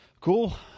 Cool